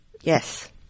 Yes